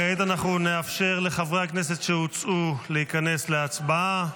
כעת נאפשר לחברי הכנסת שהוצאו להיכנס להצבעה.